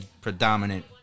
predominant